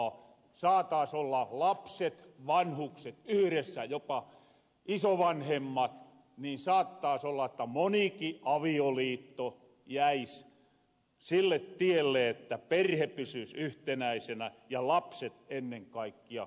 saataas olla lapset vanhukset yhressä jopa isovanhemmat ja saattaas olla että monikin avioliitto jäis sille tielle että perhe pysys yhtenäisenä ja lapset ennen kaikkia voisivat hyvin